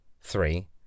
three